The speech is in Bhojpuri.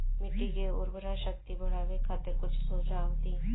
मिट्टी के उर्वरा शक्ति बढ़ावे खातिर कुछ सुझाव दी?